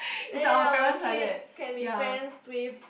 then our kids can be friends with